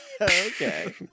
Okay